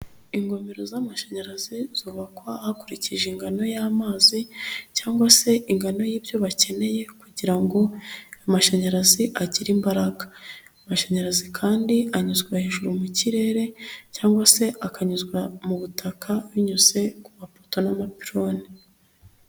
Ingomero z'amashanyarazi zubakwa hakurikije ingano y'amazi cyangwa se ingano y'ibyo bakeneye kugira ngo amashanyarazi agire imbaraga, amashanyarazi kandi anyuzwa hejuru mu kirere cyangwa se akanyuzwa mu butaka binyuze ku mapoto n'amapironi.